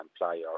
employer